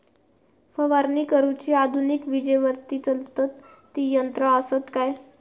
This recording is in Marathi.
फवारणी करुची आधुनिक विजेवरती चलतत ती यंत्रा आसत काय?